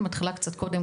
היא מתחילה קצת קודם,